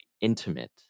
intimate